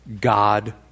God